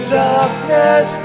darkness